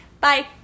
Bye